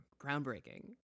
Groundbreaking